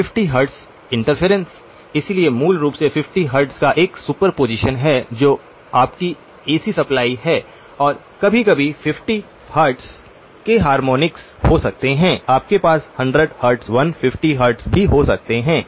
50 hertz interference इसलिए मूल रूप से 50 हर्ट्ज का एक सुपरपोजिशन है जो आपकी एसी सप्लाई है और कभी कभी 50 हर्ट्ज के हार्मोनिक्स हो सकते हैं आपके पास 100 हर्ट्ज 150 हर्ट्ज भी हो सकते हैं